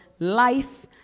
life